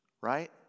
right